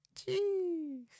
Jeez